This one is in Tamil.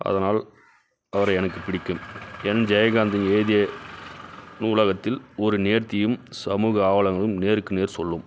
அதனால் அவர் எனக்கு பிடிக்கும் என் ஜெயகாந்தன் எழுதிய நூலகத்தில் ஒரு நேர்த்தியும் சமூக அவலங்களும் நேருக்கு நேர் சொல்லும்